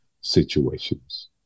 situations